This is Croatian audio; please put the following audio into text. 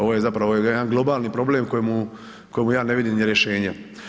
Ovo je zapravo jedan globalni problem kojemu ja ne vidim ni rješenje.